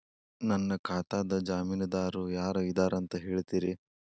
ನನ್ನ ಖಾತಾದ್ದ ಜಾಮೇನದಾರು ಯಾರ ಇದಾರಂತ್ ಹೇಳ್ತೇರಿ?